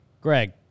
Greg